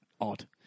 odd